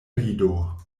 rido